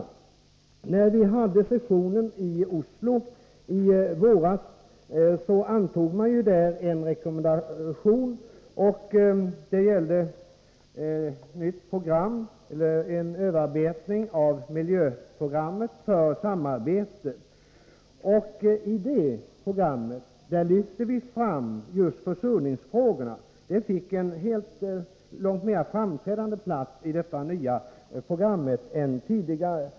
Under sessionen i Oslo i våras antogs en rekommendation som gällde en överarbetning av programmet för miljösamarbete. I detta program lyfte vi fram just försurningsfrågorna, som fick en helt ny och långt mera framträdande plats i det nya programmet än tidigare.